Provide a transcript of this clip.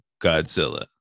Godzilla